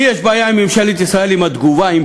לי יש בעיה עם ממשלת ישראל, עם התגובה,